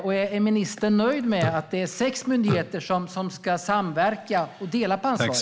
Och är ministern nöjd med att det är sex myndigheter som ska samverka och dela på ansvaret?